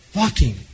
walking